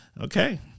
Okay